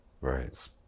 right